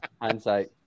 Hindsight